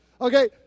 Okay